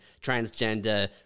transgender